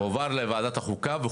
הועבר לוועדת החוקה.